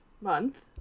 Month